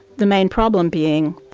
the main problem being,